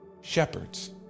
shepherds